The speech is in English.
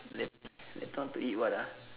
late later on to eat what ah